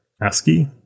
ASCII